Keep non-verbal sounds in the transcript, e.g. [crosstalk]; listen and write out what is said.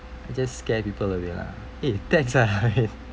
just scare people away lah eh thanks lah [laughs] amin